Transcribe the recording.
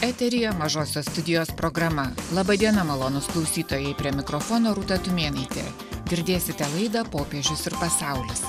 eteryje mažosios studijos programa laba diena malonūs klausytojai prie mikrofono rūta tumėnaitė girdėsite laidą popiežius ir pasaulis